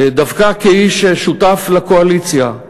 דווקא כאיש ששותף לקואליציה,